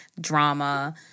drama